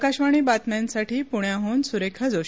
आकाशवाणी बातम्यांसाठी पुण्याहन सुरेखा जोशी